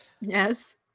Yes